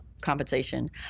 compensation